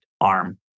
arm